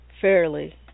fairly